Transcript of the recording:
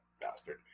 bastard